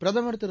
பிரதமர் திரு